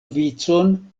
vicon